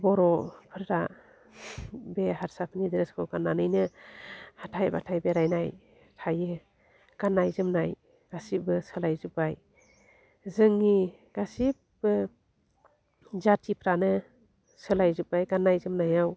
बर'फोरा बे हारसाफोरनि ड्रेसखौ गान्नानैनो हाथाय माथाय बेरायनाय थायो गान्नाय जोमनाय गासिबो सोलाय जोब्बाय जोंनि गासिब्बो जाथिफ्रानो सोलायजोब्बाय गान्नाय जोमनायाव